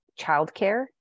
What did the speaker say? childcare